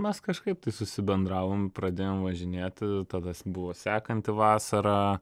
mes kažkaip tai susibendravom pradėjom važinėti tada buvo sekanti vasara